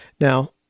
Now